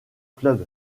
club